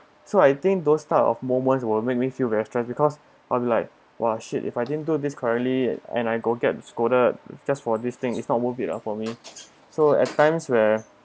so I think those type of moments will make me feel very stress because I'm like !wah! shit if I didn't do this currently and I go get scolded just for this thing it's not worth it lah for me so at times where